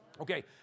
Okay